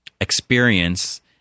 experience